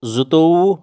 زٕتوٚوُہ